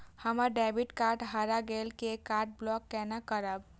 हमर debit card हरा गेल ये कार्ड ब्लॉक केना करब?